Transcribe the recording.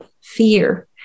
fear